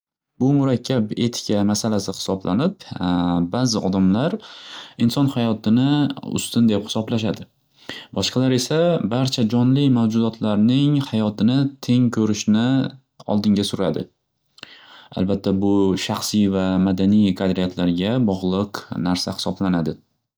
Bu murakkab etika masalasi hisoblanib, ba'zi odamlar inson hayotini ustun deb hisoblashadi. Boshqalar esa barcha jonli mavjudodlarning hayotini teng ko'rishni oldinga suradi. Albatta bu shaxsiy va madaniy qadriyatlarga bog'liq narsa hisoblanadi.